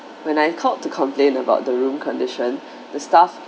when I called to complain about the room condition the staff